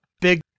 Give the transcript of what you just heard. big